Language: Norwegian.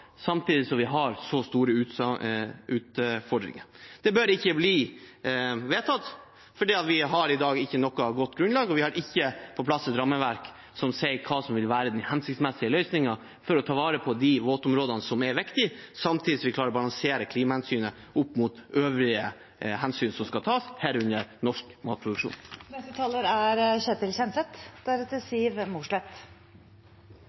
samtidig som vi har så store utfordringer. Det bør ikke bli vedtatt, for vi har i dag ikke et godt nok grunnlag, og vi har ikke på plass et rammeverk som sier hva som vil være hensiktsmessige løsninger for å ta vare på de viktige våtområdene, samtidig som vi balanserer klimahensynet opp mot øvrige hensyn som skal tas – herunder norsk matproduksjon. Dette er